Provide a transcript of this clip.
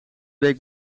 week